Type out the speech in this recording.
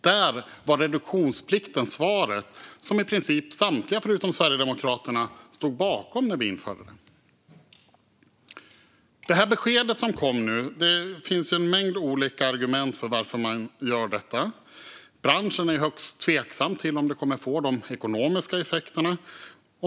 Där var reduktionsplikten svaret som i princip samtliga förutom Sverigedemokraterna stod bakom när vi införde det. När det gäller det besked som nu kom finns en rad olika argument för varför man gör detta. Branschen är högst tveksam till om det kommer att få de ekonomiska effekterna.